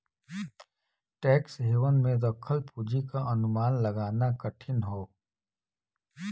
tax haven में रखल पूंजी क अनुमान लगाना कठिन हौ